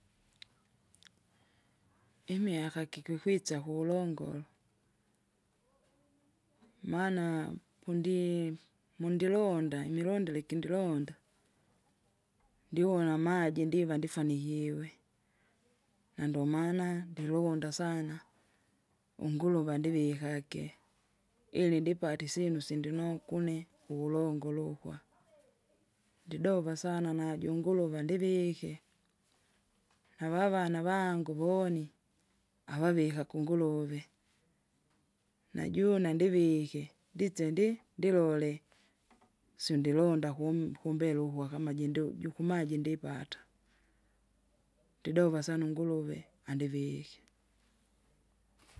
imiaka kikikwisa kulongoro maana pondio, mundilonga imilondele ikindilonda, ndiwona amaji ndiva ndifanikiwe. Nandomana ndolonda sana, unguruva ndivikage, ili ndipate isyinu sindinokune kuwulongolukwa, ndidova sana najunguruva ndivike, navavana vangu voni, avavika kunguluve. Najuna ndivike, ndise ndi- ndilole, syundilonda kum- kumbelo ukwa kama jindo jukuma jindipata. Ndidova sana unguluve andivike.